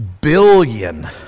billion